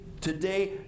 today